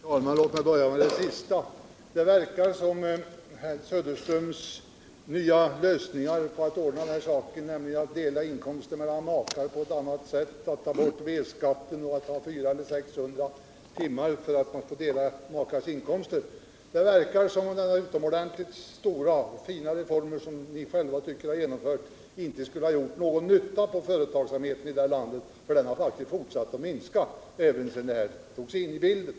Herr talman! Låt mig börja med det sista. Det verkar på herr Söderström som om de nya lösningar att dela inkomsterna mellan makar på ett annat sätt, att ta bort vedskatten och att införa en regel om 400 i stället för 600 ummar för att dela makarnas inkomster, dessa utomordentligt stora och viktiga reformer som ni har genomfört, inte skulle ha gjort någon nytta för företagsamheten i det här landet, för den har faktiskt fortsatt att minska även sedan dessa ändringar togs in i bilden.